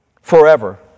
forever